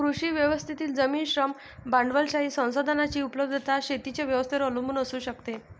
कृषी व्यवस्थेतील जमीन, श्रम, भांडवलशाही संसाधनांची उपलब्धता शेतीच्या व्यवस्थेवर अवलंबून असू शकते